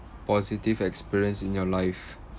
positive experience in your life